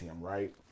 Right